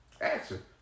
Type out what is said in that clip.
Answer